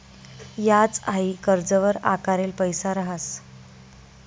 याज हाई कर्जवर आकारेल पैसा रहास